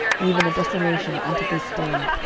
even a desolation unto this day.